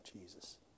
Jesus